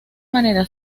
manera